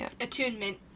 attunement